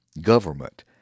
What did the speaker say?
Government